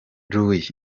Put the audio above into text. louis